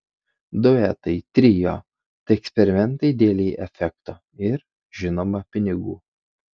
duetai trio tai eksperimentai dėlei efekto ir žinoma pinigų